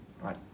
right